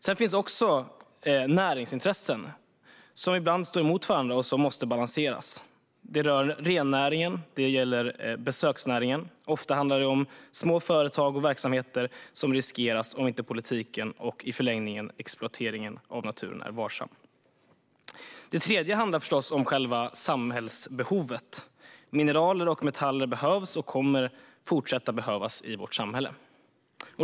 Vidare finns också näringsintressen som ibland står emot varandra och som måste balanseras. Det rör rennäringen och besöksnäringen. Ofta handlar det om små företag och verksamheter som riskeras om politiken och i förlängningen exploateringen av naturen inte är varsam. Det tredje handlar förstås om själva samhällsbehovet. Mineraler och metaller behövs och kommer fortsatt att behövas i vårt samhälle.